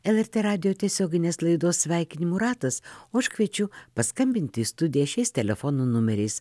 lrt radijo tiesioginės laidos sveikinimų ratas o aš kviečiu paskambinti į studiją šiais telefonų numeriais